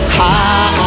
high